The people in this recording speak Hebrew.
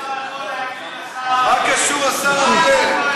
מה קשור השר אריאל?